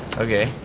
okay,